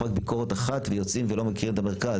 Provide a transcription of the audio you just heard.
לביקורת אחת ויוצאים ולא מכירים את המרכז.